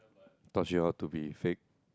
taught you all to be fake